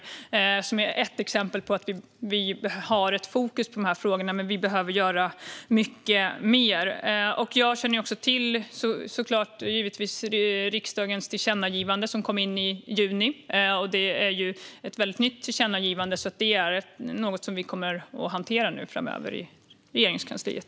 Detta är ett exempel på att vi har fokus på dessa frågor, men vi behöver göra mycket mer. Jag känner givetvis till riksdagens tillkännagivande, som kom in i juni. Det är ju ett väldigt nytt tillkännagivande, och det är något som vi kommer att hantera framöver i Regeringskansliet.